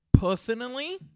personally